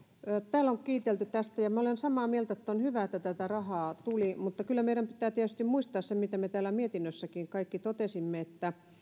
täällä on kiitelty tästä ja minä olen samaa mieltä että on hyvä että tätä rahaa tuli mutta kyllä meidän pitää tietysti muistaa se mitä me täällä mietinnössäkin kaikki totesimme että